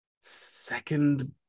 second